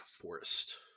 Forest